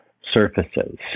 Surfaces